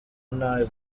nta